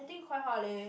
I think quite hard leh